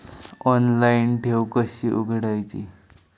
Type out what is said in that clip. Online ठेव कशी उघडायची?